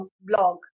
blog